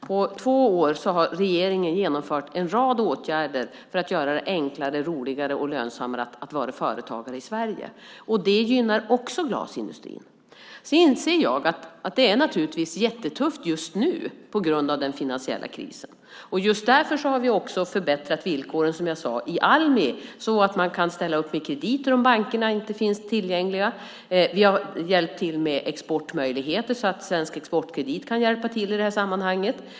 På två år har regeringen genomfört en rad åtgärder för att göra det enklare, roligare och lönsammare att vara företagare i Sverige. Det gynnar också glasindustrin. Sedan inser jag att det naturligtvis är jättetufft just nu på grund av den finansiella krisen. Just därför har vi också förbättrat villkoren, som jag sade, i Almi så att man kan ställa upp med krediter om bankerna inte finns tillgängliga. Vi har hjälpt till med exportmöjligheter så att Svensk Exportkredit kan hjälpa till i detta sammanhang.